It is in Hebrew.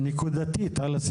זהו.